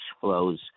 flows